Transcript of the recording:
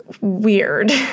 weird